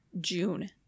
June